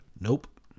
Nope